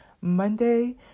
monday